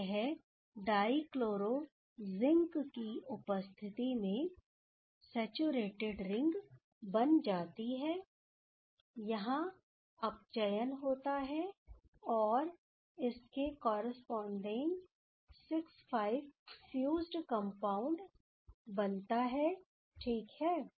अब यह dichloro zinc की उपस्थिति में सैचुरेटेड रिंग बन बन जाती हैयहां अपचयन होता है और इससे कॉरस्पॉडिंग 6 5 फ्यूस्ड कंपाउंड बनता है ठीक है